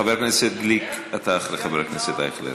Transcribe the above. חבר הכנסת גליק, אתה אחרי חבר הכנסת אייכלר.